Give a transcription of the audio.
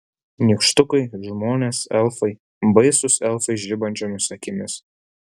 nykštukai žmonės elfai baisūs elfai žibančiomis akimis